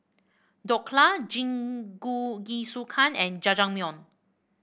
Dhokla Jingisukan and Jajangmyeon